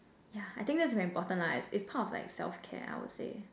yeah I think that's very important lah it's part of like self care I would say